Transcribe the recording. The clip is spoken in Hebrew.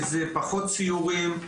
זה פחות סיורים,